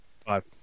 Five